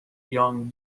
young